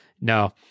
no